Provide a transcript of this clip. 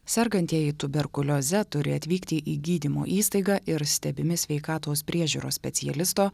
sergantieji tuberkulioze turi atvykti į gydymo įstaigą ir stebimi sveikatos priežiūros specialisto